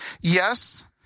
Yes